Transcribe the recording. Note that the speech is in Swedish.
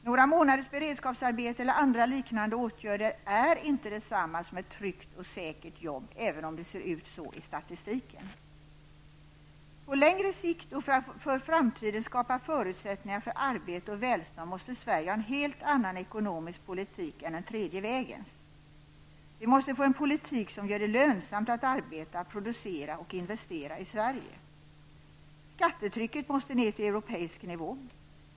Några månaders beredskapsarbete eller andra liknande åtgärder är inte detsamma som ett tryggt och säkert jobb, även om det ser ut så i statistiken. På längre sikt och för att för framtiden skapa förutsättningar för arbete och välstånd måste Sverige ha en helt annan ekonomisk politik än den tredje vägens. Vi måste få en politik som gör det lönsamt att arbeta, producera och investera i Skattetrycket måste ner till en europeisk nivå.